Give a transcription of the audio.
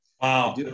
Wow